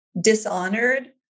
dishonored